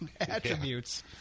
attributes